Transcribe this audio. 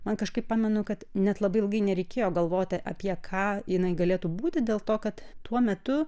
man kažkaip pamenu kad net labai ilgai nereikėjo galvoti apie ką jinai galėtų būti dėl to kad tuo metu